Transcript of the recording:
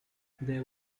there